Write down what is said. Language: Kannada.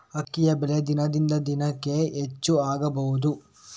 ಅಕ್ಕಿಯ ಬೆಲೆ ದಿನದಿಂದ ದಿನಕೆ ಹೆಚ್ಚು ಆಗಬಹುದು?